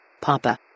Papa